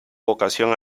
vocación